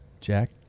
Jack